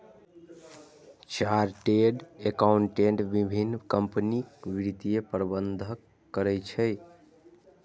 chartered accountant विभिन्न कंपनीक वित्तीय प्रबंधन करै छै